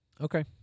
Okay